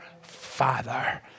Father